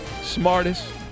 smartest